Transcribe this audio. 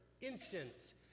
instance